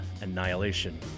Annihilation